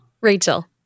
Rachel